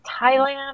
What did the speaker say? Thailand